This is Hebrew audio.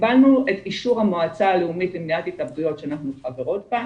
קיבלנו את אישור המועצה הלאומית למניעת התאבדויות שאנחנו חברות בה,